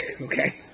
Okay